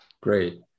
great